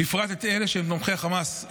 בפרט את אלה שהם תומכי החמאס.